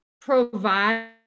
provide